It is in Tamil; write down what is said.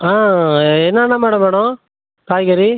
ஆ என்னென்ன மேடம் வேணும் காய்கறி